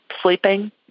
sleeping